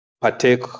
partake